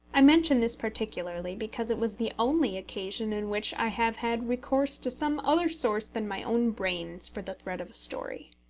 i mention this particularly, because it was the only occasion in which i have had recourse to some other source than my own brains for the thread of a story.